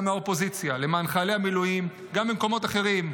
מהאופוזיציה למען חיילי המילואים גם במקומות אחרים,